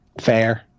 Fair